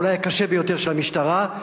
אולי הקשה ביותר של המשטרה,